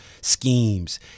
schemes